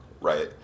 right